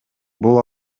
бул